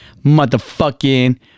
motherfucking